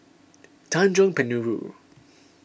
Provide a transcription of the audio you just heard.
Tanjong Penjuru